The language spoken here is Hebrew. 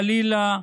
חלילה,